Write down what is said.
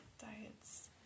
diets